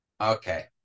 Okay